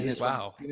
Wow